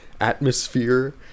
atmosphere